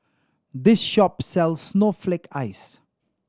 this shop sells snowflake ice